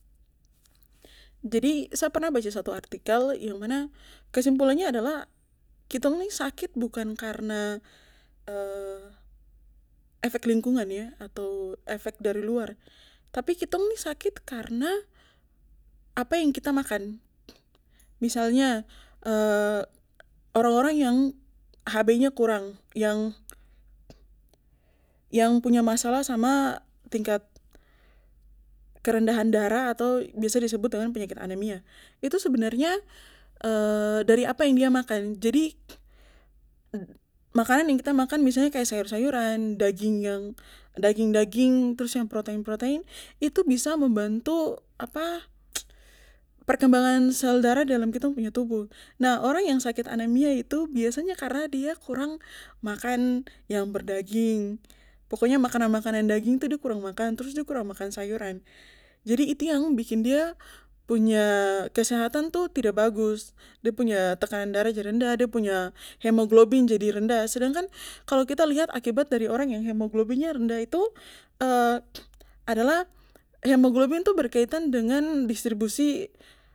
Jadi sa pernah baca satu artikel yang mana kesimpulannya adalah kitong nih sakit bukan karna efek lingkungan yah atau efek dari luar tapi kitong nih sakit karna apa yang kita makan misalnya orang orang yang hbnya kurang yang yang punya masalah sama tingkat kerendahan darah atau biasa yang disebut dengan penyakit anemia itu sebenarnya dari apa yang dia makan jadi makanan yang kita makan misalnya kaya sayur sayuran dan daging yang daging daging trus yang protein protein itu bisa membantu apa perkembangan sel darah dalam kitong punya tubuh nah orang yang sakit anemia itu biasanya karena dia kurang makan yang berdaging pokoknya makanan makanan daging itu de kurang makan trus de kurang makan sayuran jadi itu yang bikin dia punya kesehatan tuh tidak bagus de punya tekanan darah rendah de punya hemoglobin jadi rendah sedangkan kalo kita lihat akibat dari orang yang de punya hemoglobin rendah itu adalah hemoglobin itu berkaitan dengan distribusi